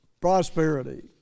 prosperity